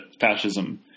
fascism